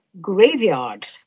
graveyard